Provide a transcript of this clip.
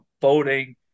voting